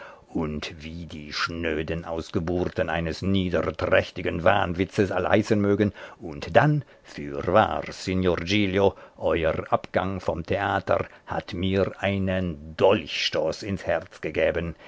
und wie die schnöden ausgeburten eines niederträchtigen wahnwitzes alle heißen mögen und dann fürwahr signor giglio euer abgang vom theater hat mir einen dolchstoß ins herz gegeben